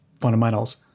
fundamentals